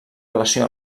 relació